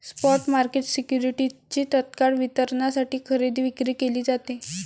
spot market सिक्युरिटीजची तत्काळ वितरणासाठी खरेदी विक्री केली जाते